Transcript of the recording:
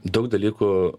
daug dalykų